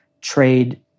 trade